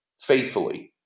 faithfully